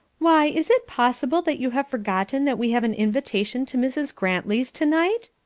why, is it possible that you have forgotten that we have an invitation to mrs. grantley's tonight?